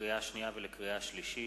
לקריאה שנייה ולקריאה שלישית: